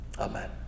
Amen